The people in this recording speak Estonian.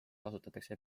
kasutatakse